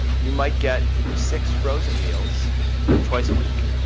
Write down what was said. you might get six frozen meals twice a week.